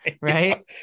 Right